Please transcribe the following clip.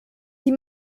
sie